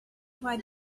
why